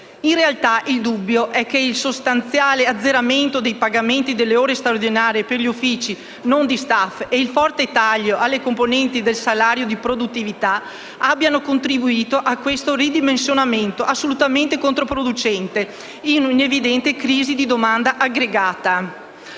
In realtà, il dubbio è che il sostanziale azzeramento dei pagamenti delle ore straordinarie per gli uffici non di *staff* e il forte taglio alle componenti del salario di produttività abbiano contribuito a questo ridimensionamento assolutamente controproducente in un'evidente crisi di domanda aggregata.